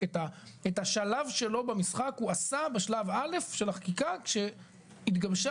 את השלב שלו במשחק הוא כבר עשה בשלב א' של החקיקה כאשר עוד התגבשה